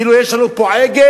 כאילו יש לנו פה עגל.